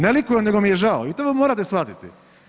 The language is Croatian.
Ne likujem nego mi je žao i to morate shvatiti.